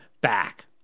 back